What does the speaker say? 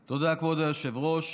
תודה, כבוד היושב-ראש.